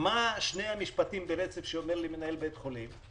מה שני המשפטים ברצף שאומרים מנהלי בתי החולים?